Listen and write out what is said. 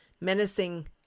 menacing